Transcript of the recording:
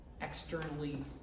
externally